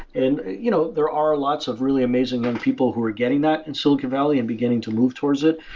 and you know there are lots of really amazing young and people who are getting that in silicon valley and beginning to move towards it,